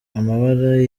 amabara